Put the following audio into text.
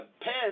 pen